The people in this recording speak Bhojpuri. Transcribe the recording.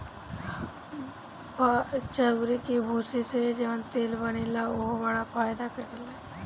चाउरे के भूसी से जवन तेल बनेला उहो बड़ा फायदा करेला